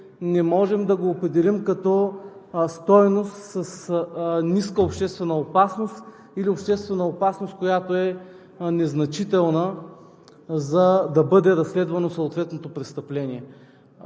не можем да го определим като стойност с ниска обществена опасност или обществена опасност, която е незначителна, за да бъде разследвано съответното престъпление.